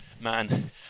man